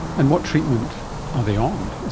and what treatment are they on?